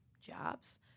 jobs